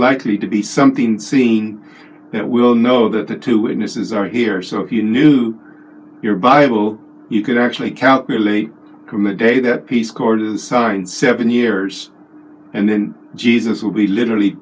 likely to be something seen we all know that the two witnesses are here so if you knew your bible you could actually calculate from a day that peace corps is signed seven years and then jesus will be literally